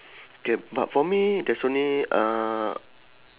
K but for me there's only uh